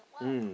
mm